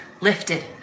lifted